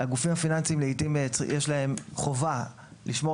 הגופים הפיננסיים לעיתים יש להם חובה לשמור